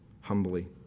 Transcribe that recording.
humbly